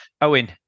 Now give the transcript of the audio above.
Owen